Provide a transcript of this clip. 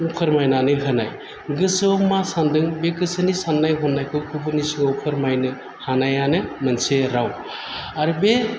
फोरमायनानै होनाय गोसोआव मा सानदों बे गोसोनि साननाय हनायखौ गुबुननि सिगाङाव फोरमायनो हानायानो माेनसे राव आरो बे